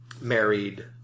married